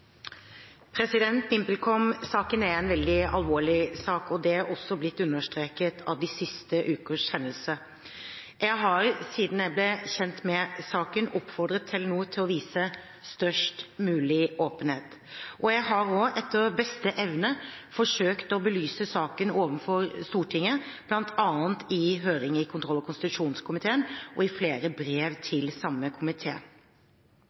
er en veldig alvorlig sak, og det er også blitt understreket av de siste ukers hendelser. Jeg har siden jeg ble kjent med saken, oppfordret Telenor til å vise størst mulig åpenhet, og jeg har også etter beste evne forsøkt å belyse saken overfor Stortinget, bl.a. i høring i kontroll- og konstitusjonskomiteen og i flere brev til